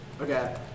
okay